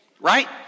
right